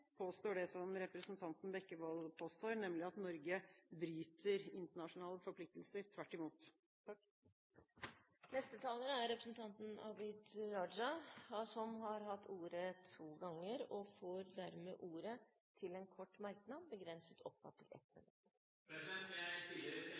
påstår det som representanten Bekkevold påstår, nemlig at Norge bryter internasjonale forpliktelser – tvert imot. Representanten Abid Q. Raja har hatt ordet to ganger og får ordet til en kort merknad, begrenset til